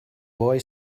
boy